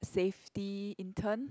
safety intern